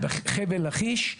בחבל לכיש,